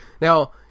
Now